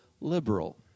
liberal